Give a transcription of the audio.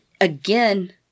again